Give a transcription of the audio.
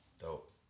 Dope